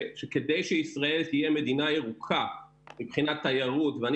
שכדי שישראל תהיה מדינה ירוקה מבחינת תיירות ואני